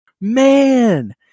man